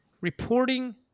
reporting